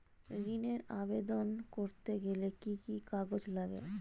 ঋণের আবেদন করতে গেলে কি কি কাগজ লাগে?